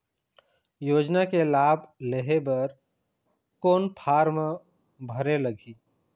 योजना के लाभ लेहे बर कोन फार्म भरे लगही?